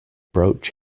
broach